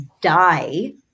die